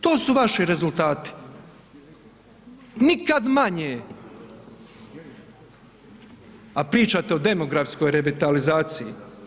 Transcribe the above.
To su vaši rezultati, nikad manje, a pričate o demografskoj revitalizaciji.